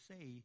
say